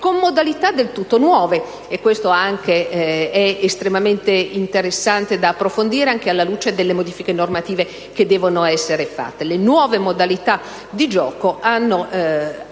con modalità del tutto nuove. Aspetto, questo, estremamente interessante e da approfondire, anche alla luce delle modifiche normative da approntare. Le nuove modalità di gioco hanno